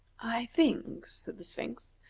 i think, said the sphinx,